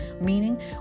meaning